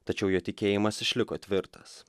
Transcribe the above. tačiau jo tikėjimas išliko tvirtas